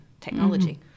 technology